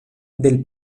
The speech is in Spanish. del